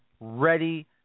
ready